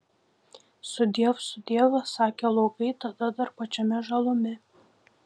sudiev sudiev sakė laukai tada dar pačiame žalume